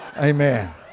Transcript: Amen